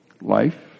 life